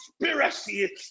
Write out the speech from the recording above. conspiracy